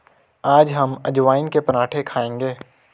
आज हम अजवाइन के पराठे खाएंगे